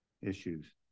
issues